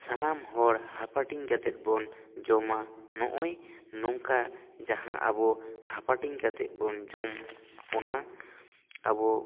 ᱥᱟᱱᱟᱢ ᱦᱚᱲ ᱦᱟᱯᱟᱴᱤᱧ ᱠᱟᱛᱮᱫ ᱵᱚᱱ ᱡᱚᱢᱟ ᱱᱚᱜ ᱚᱭ ᱱᱚᱝᱠᱟ ᱡᱟᱦᱟᱸ ᱟᱵᱚ ᱦᱟᱯᱟᱴᱤᱧ ᱠᱟᱛᱮᱫᱵᱚᱱ ᱡᱚᱢ ᱚᱱᱟ ᱟᱵᱚ